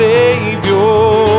Savior